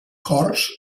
cors